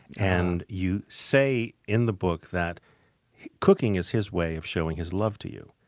and you say in the book that cooking is his way of showing his love to you,